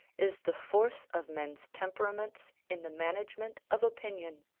is the force of men's temperaments in the management of opinion,